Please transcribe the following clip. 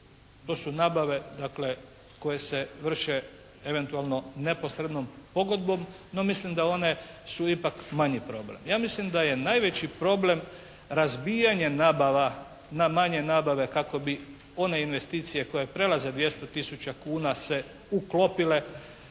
To su nabave dakle koje se vrše eventualno neposrednom pogodbom no mislim da one su ipak manji problem. Ja mislim da je najveći problem razbijanje nabava na manje nabave kako bi one investicije koje prelaze 200 tisuća kuna se uklopile